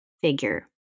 figure